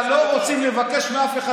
לא עשינו אתכם